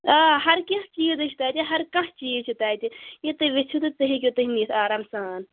آ ہر کینٛہہ چیٖزٕے چھُ تَتہِ ہر کانٛہہ چیٖز چھُ تَتہِ یہِ تُہۍ یژھِو تہٕ سُہ ہیٚکِو تُہۍ نِتھ آرام سان